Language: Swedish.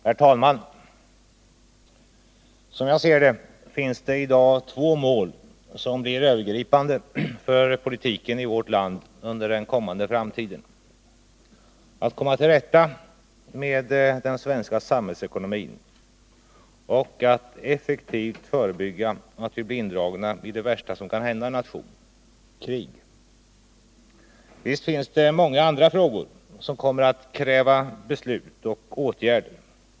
Herr talman! Som jag ser det finns det i dag två övergripande mål för politiken i vårt land inför framtiden, nämligen att komma till rätta med den svenska samhällsekonomin och att effektivt förebygga att vi blir indragna i det värsta som kan hända en nation — krig. Visst finns det många andra frågor som kommer att kräva beslut och åtgärder.